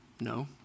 No